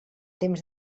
temps